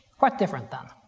quite different then.